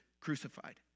crucified